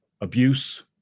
abuse